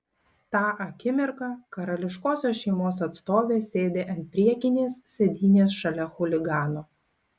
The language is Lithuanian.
tą akimirką karališkosios šeimos atstovė sėdi ant priekinės sėdynės šalia chuligano